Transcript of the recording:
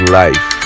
life